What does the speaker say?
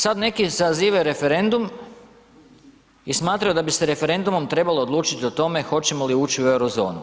Sad neki zazivaju referendum i smatraju da bi se referendumom trebalo odlučiti o tome hoćemo li ući u euro zonu.